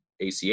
ACH